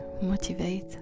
motivate